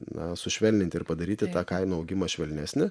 na sušvelninti ir padaryti tą kainų augimą švelnesni